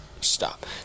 Stop